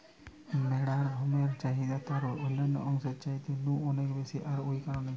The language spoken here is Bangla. ম্যাড়ার লমের চাহিদা তারুর অন্যান্য অংশের চাইতে নু অনেক বেশি আর ঔ কারণেই